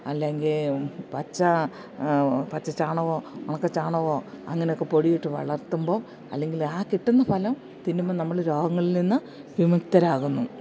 അല്ലെങ്കിൽ പച്ച പച്ച ചാണകവോ ഉണക്ക ചാണകവോ അങ്ങനെ ഒക്കെ പൊടിയിട്ട് വളർത്തുമ്പോൾ അല്ലെങ്കിൽ ആ കിട്ടുന്ന ഫലം തിന്നുമ്പം നമ്മള് രോഗങ്ങളിൽ നിന്ന് വിമുക്തരാകുന്നു